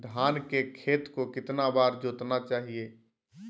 धान के खेत को कितना बार जोतना चाहिए?